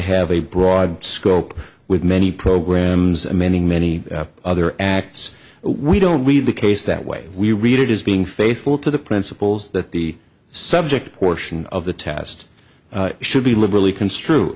have a broad scope with many programs and many many other acts we don't read the case that way we read it is being faithful to the principles that the subject portion of the test should be liberally construe